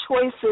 choices